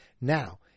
Now